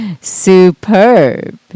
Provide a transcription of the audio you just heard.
superb